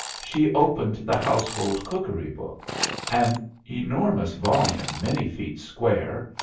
she opened the household cookery-book an enormous volume many feet square,